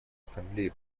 ассамблеи